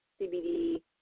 CBD